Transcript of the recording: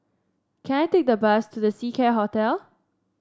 can I take the bus to The Seacare Hotel